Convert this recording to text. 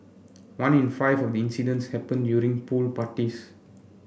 one in five of the incidents happened during pool parties